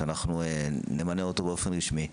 שאנחנו נמנה באופן רשמי,